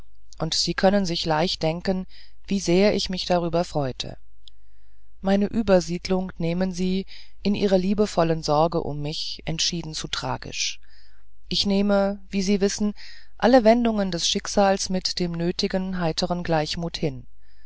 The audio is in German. und sie können sich leicht denken wie sehr ich mich darüber freute meine übersiedlung nehmen sie in ihrer liebevollen sorge um mich entschieden zu tragisch ich nehme wie sie wissen alle wendungen des schicksals mit dem nötigen heiteren gleichmut hin